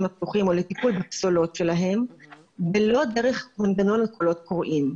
הפתוחים או לטיפול בפסולות שלהם ולא דרך מנגנון קולות קוראים.